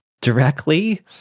directly